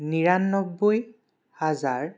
নিৰান্নব্বৈ হাজাৰ